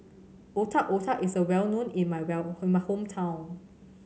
Otak Otak is well known in my well in my hometown